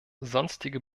sonstige